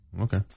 okay